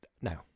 No